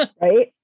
Right